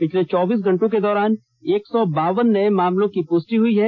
पिछले चौबीस घंटों के दौरान एक सौ बावन नए मामलों की पुष्टि हुई है